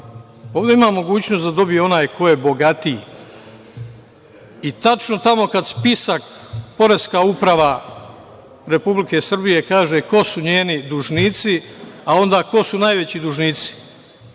ovde ima mogućnost da dobije onaj ko je bogatiji i tačno tamo kad spisak, Poreska uprava Republike Srbije kaže ko su njeni dužnici, a onda ko su najveći dužnici,